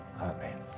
Amen